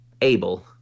able